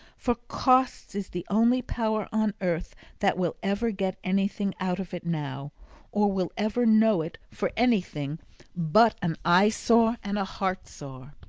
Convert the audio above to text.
for costs is the only power on earth that will ever get anything out of it now or will ever know it for anything but an eyesore and a heartsore.